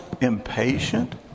impatient